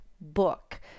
book